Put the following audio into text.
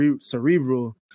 cerebral